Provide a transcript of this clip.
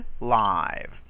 live